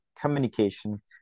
communication